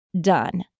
done